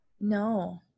No